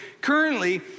currently